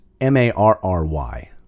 M-A-R-R-Y